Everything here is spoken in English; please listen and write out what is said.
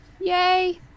Yay